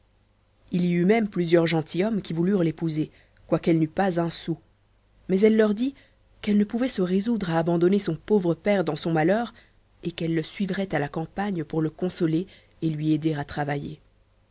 il y eut même plusieurs gentilshommes qui voulurent l'épouser quoiqu'elle n'eut pas un sou mais elle leur dit qu'elle ne pouvait pas se résoudre à abandonner son pauvre père dans son malheur et qu'elle le suivrait à la campagne pour le consoler et lui aider à travailler